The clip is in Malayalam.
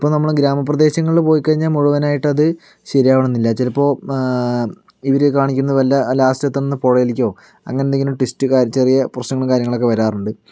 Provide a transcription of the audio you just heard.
ഇപ്പം നമ്മള് ഗ്രാമപ്രദേശങ്ങളില് പോയികഴിഞ്ഞാൽ മുഴുവനായിട്ടത് ശരിയാകണണില്ല ചിലപ്പോൾ ഇവര് കാണിക്കുന്ന വല്ല ലാസ്റ്റ്ത്ത്ന്ന് പുഴയിലേക്കോ അങ്ങനെ എന്തെങ്കിലും ട്വിസ്റ്റ് കാര്യ ചെറിയ പ്രശ്നങ്ങളും കാര്യങ്ങളൊക്കെ വരാറുണ്ട്